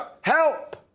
Help